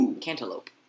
cantaloupe